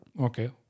Okay